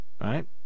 Right